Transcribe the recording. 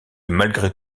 malgré